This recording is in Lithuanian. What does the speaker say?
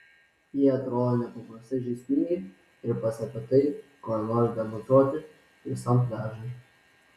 jie atrodo nepaprastai žaismingai ir paslepia tai ko nenori demonstruoti visam pliažui